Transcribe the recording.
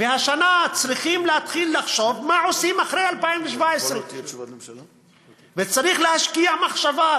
והשנה צריכים להתחיל לחשוב מה עושים אחרי 2017. וצריך להשקיע מחשבה,